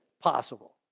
possible